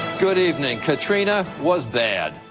good evening. katrina was bad.